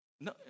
No